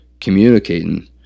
communicating